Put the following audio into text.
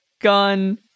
gun